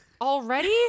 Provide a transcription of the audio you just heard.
already